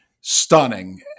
stunning